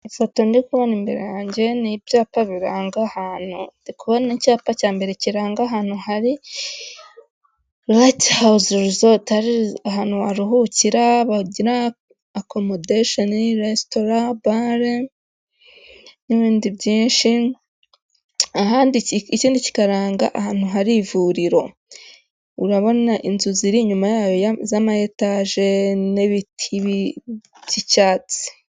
Ifoto ndi kubona imbere yanjye ni ibyapa biranga ahantu ndi kubona icyapa cya mbere kiranga ahantu harirate house rezo ahantu aruhukira acomundation resitoura bale n'ibindi byinshi ikindi kikaranga ahantu hari ivuriro urabona inzu ziri inyumayo zama etage n'ibiti by'icyatsi.